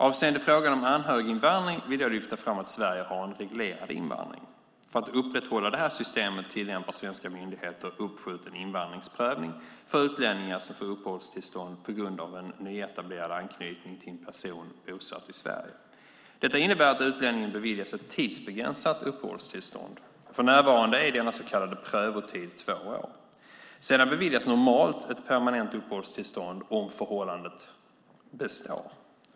Avseende frågan om anhöriginvandring vill jag lyfta fram att Sverige har en reglerad invandring. För att upprätthålla det här systemet tillämpar svenska myndigheter uppskjuten invandringsprövning för utlänningar som får uppehållstillstånd på grund av en nyetablerad anknytning till en person bosatt i Sverige. Detta innebär att utlänningen beviljas ett tidsbegränsat uppehållstillstånd. För närvarande är denna så kallade prövotid två år. Sedan beviljas normalt ett permanent uppehållstillstånd om förhållandet består.